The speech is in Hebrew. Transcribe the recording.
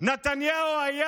נתניהו היה